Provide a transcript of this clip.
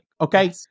Okay